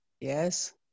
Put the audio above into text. Yes